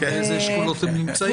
באיזה אשכולות הם נמצאים.